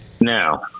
Now